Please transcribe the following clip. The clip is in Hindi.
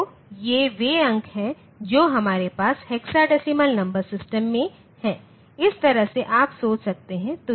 तो ये वे अंक हैं जो हमारे पास हेक्साडेसिमल नंबर सिस्टम में हैं इस तरह से आप सोच सकते हैं